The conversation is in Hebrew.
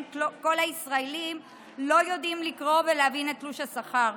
כל הישראלים לא יודעים לקרוא ולהבין את תלוש השכר.